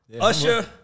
Usher